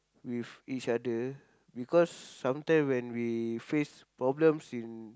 with each other because sometime when we face problems in